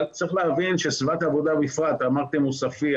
אבל צריך להבין שסביבת העבודה בפרט אמרתם עוספיה